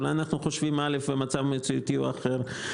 אולי אנחנו חושבים א' אבל המצב המציאותי הוא אחר.